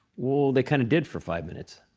well, they kind of did for five minutes.